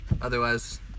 otherwise